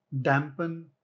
dampen